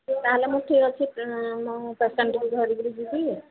ତା'ହେଲେ ମୁଁ ଠିକ୍ ଅଛି ମୁଁ ପେସେଣ୍ଟକୁ ଧରିକରି ଯିବି